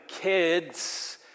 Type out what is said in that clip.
kids